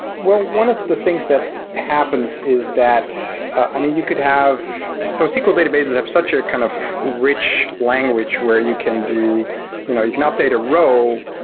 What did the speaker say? one of the things that happens is that i mean, you could have so sql databases have such a kind of rich language where you can do you know you can update a row,